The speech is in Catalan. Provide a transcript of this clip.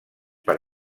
per